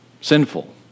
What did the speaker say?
sinful